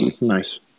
Nice